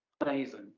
amazing